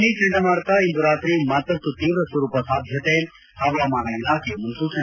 ಫನಿ ಚಂಡಮಾರುತ ಇಂದು ರಾತ್ರಿ ಮತ್ತಷ್ಟು ತೀವ್ರ ಸ್ವರೂಪ ಸಾಧ್ಯತೆ ಹವಾಮಾನ ಇಲಾಖೆ ಮುನೂಚನೆ